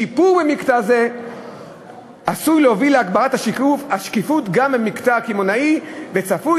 שיפור במקטע זה עשוי להוביל להגברת השקיפות גם במקטע הקמעונאי וצפוי